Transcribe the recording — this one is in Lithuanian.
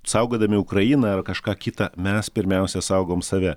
saugodami ukrainą ar kažką kitą mes pirmiausia saugom save